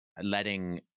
letting